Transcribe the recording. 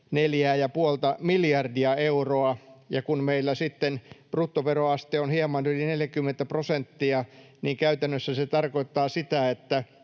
miljardia euroa. Ja kun meillä sitten bruttoveroaste on hieman yli 40 prosenttia, niin käytännössä se tarkoittaa sitä,